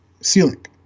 ceiling